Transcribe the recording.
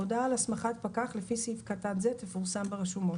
הודעה על הסמכת פקח לפי סעיף קטן זה תפורסם ברשומות.